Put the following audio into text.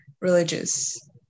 religious